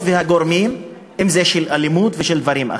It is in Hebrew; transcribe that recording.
והגורמים של אלימות ושל דברים אחרים.